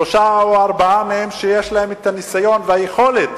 שלושה או ארבעה מהם יש להם הניסיון והיכולת